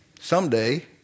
Someday